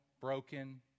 broken